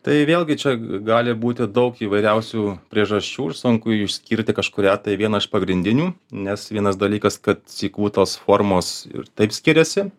tai vėlgi čia g gali būti daug įvairiausių priežasčių ir sunku išskirti kažkurią tai vieną iš pagrindinių nes vienas dalykas kad sykų tos formos ir taip skiriasi